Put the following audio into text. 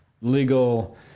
legal